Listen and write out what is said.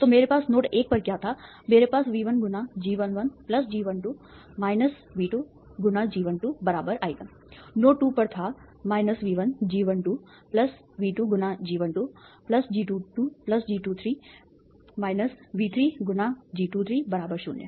तो मेरे पास नोड 1 पर क्या था मेरे पास V1 × G11 G12 V2 × G12 I1 node 2 पर था V1 G12 V2 × G12 G22 G23 V3 × G23 शून्य